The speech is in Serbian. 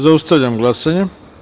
Zaustavljam glasanje.